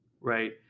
right